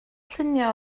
lluniau